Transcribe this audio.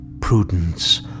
Prudence